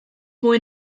mwy